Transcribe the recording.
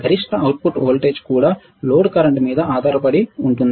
గరిష్ట output voltage కూడా load current మీద ఆధారపడి ఉంటుంది